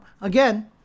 again